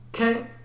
Okay